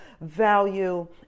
value